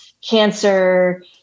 cancer